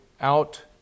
out